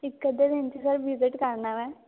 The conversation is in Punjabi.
ਇੱਕ ਅੱਧੇ ਦਿਨ 'ਚ ਸਰ ਵਿਜਿਟ ਕਰਨਾ ਮੈਂ